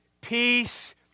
peace